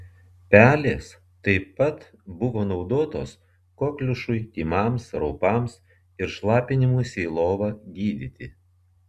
pelės taip pat buvo naudotos kokliušui tymams raupams ir šlapinimuisi į lovą gydyti